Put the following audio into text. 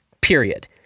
period